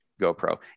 GoPro